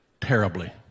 terribly